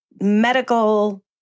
medical